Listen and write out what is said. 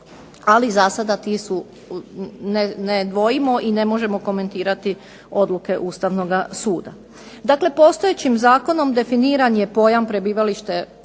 Ali za sada ti su i ne dvojimo i ne možemo komentirati odluke Ustavnoga suda. Dakle, postojećim zakonom definiran je pojam prebivališta